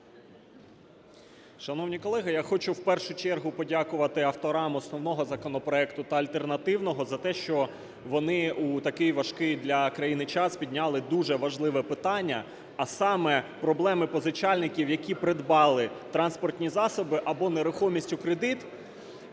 Шановні колеги, я хочу в першу чергу подякувати авторам основного законопроекту та альтернативного за те, що вони у такий важкий для країни час підняли дуже важливе питання, а саме: проблеми позичальників, які придбали транспорті засоби або нерухомість у кредит,